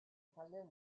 kalender